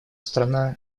страна